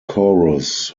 chorus